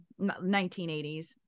1980s